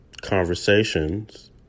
conversations